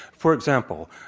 for example,